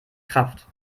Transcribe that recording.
kraft